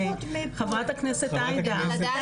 חה"כ עאידה.